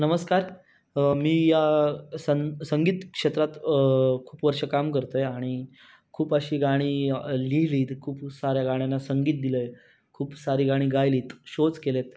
नमस्कार मी सन संगीत क्षेत्रात खूप वर्ष काम करत आहे आणि खूप अशी गाणी लिहिली आहेत खूप साऱ्या गाण्यांना संगीत दिलं आहे खूप सारी गाणी गायली आहेत शोज केले आहेत